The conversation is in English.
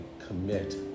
commit